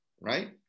right